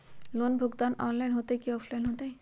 Loan भुगतान online होतई कि ऑफलाइन होतई?